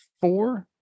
Four